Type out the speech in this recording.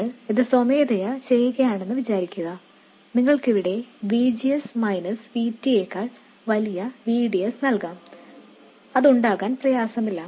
നിങ്ങൾ ഇത് സ്വമേധയാ ചെയ്യുകയാണെന്ന് വിചാരിക്കുക നിങ്ങൾക്കിവിടെ V G S V T യേക്കാൾ വലിയ V D S നല്കാം അതുണ്ടാക്കാൻ പ്രയാസമില്ല